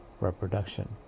reproduction